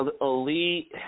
Elite